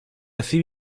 así